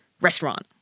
restaurant